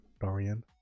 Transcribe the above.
Dorian